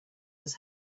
was